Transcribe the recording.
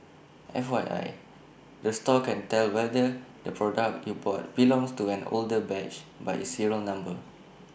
F Y I the store can tell whether the product you bought belongs to an older batch by its serial number